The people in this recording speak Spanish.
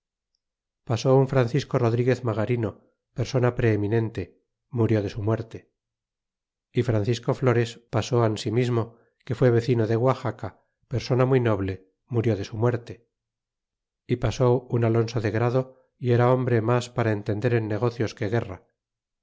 pasó un francisco rodriguez magarino persona preeminente murió de su muerte y francisco flores pasó ansimismo que fué vecino de guaxaca persona muy noble murió de su muerte y pasó un alonso de grado y era hombre mas para entender en negocios que guerra